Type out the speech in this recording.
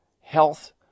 health